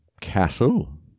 castle